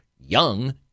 young